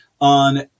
on